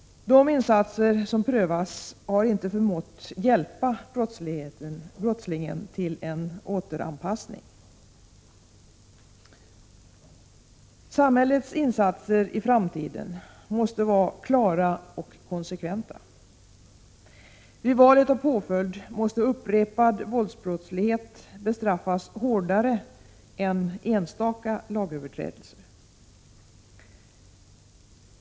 De insatser som prövats har inte förmått hjälpa brottslingen till en återanpassning. Samhällets insatser i framtiden måste vara klara och konsekventa. Vid valet av påföljd måste upprepad våldsbrottslighet bestraffas hårdare än en enstaka lagöverträdelse.